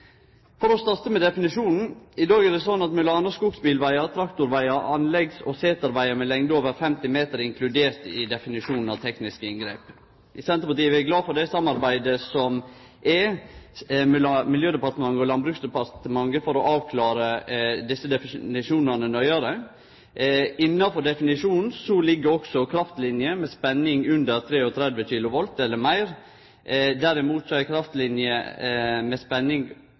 For å starte med definisjonen: I dag er det slik at m.a. skogsbilvegar, traktorvegar og anleggs- og setervegar med lengde over 50 meter er inkluderte i definisjonen «tekniske inngrep». I Senterpartiet er vi glade for det samarbeidet som er mellom Miljøverndepartementet og Landbruksdepartementet for å avklare desse definisjonane nøyare. Innanfor definisjonen ligg òg kraftliner med spenning på 33 kV eller meir. Derimot er kraftliner med spenning under 33 kV ikkje inkluderte, sjølv om skilnaden knapt kan sjåast med